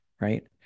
right